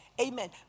amen